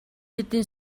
хэдэн